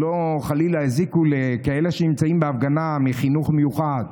שלא חלילה יזיקו לכאלה שנמצאים בהפגנה מחינוך מיוחד.